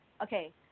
Okay